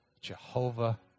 Jehovah